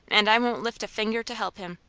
and i won't lift a finger to help him.